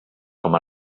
com